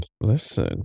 Listen